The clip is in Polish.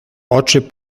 oczy